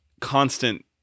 constant